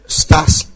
stars